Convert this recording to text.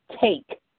take